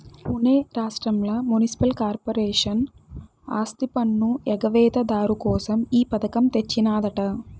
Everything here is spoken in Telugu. పునే రాష్ట్రంల మున్సిపల్ కార్పొరేషన్ ఆస్తిపన్ను ఎగవేత దారు కోసం ఈ పథకం తెచ్చినాదట